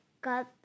got